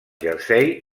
jersei